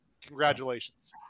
congratulations